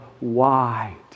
wide